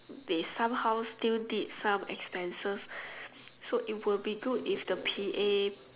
they somehow still need some expenses so it will be good if the P_A